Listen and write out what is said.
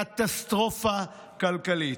קטסטרופה כלכלית.